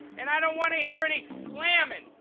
and i don't want to hear any slamming.